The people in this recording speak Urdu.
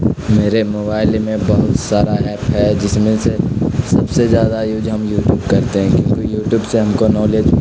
میرے موبائل میں بہت سارا ایپ ہے جس میں سے سب سے زیادہ یوز ہم یوٹیوب کرتے ہیں کیونکہ یوٹیوب سے ہم کو نالج ملتا ہے